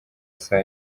saa